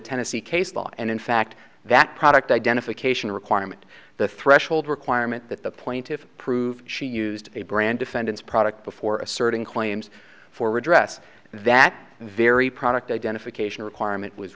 tennessee case law and in fact that product identification requirement the threshold requirement that the point if prove she used a brand defendant's product before asserting claims for redress that very product identification requirement was